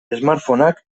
smartphoneak